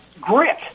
grit